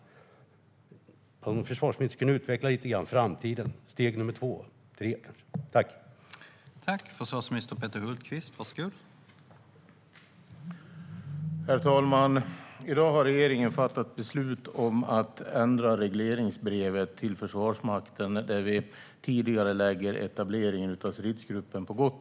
Kan försvarsministern utveckla lite grann när det gäller framtiden och steg två och kanske tre?